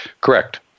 Correct